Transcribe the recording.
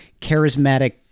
charismatic